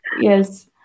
Yes